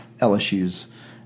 LSU's